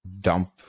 dump